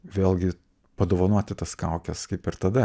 vėlgi padovanoti tas kaukes kaip ir tada